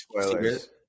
spoilers